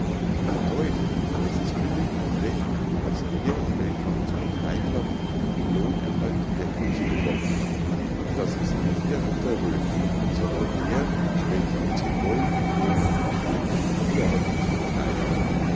mir däucht es ist billig und recht daß der welcher uns befrei't hat den lohn erhalte der ihm zukommt und das ist nicht der ritter röd sondern der welcher unsre goldnen kronen brachte der hat uns befrei't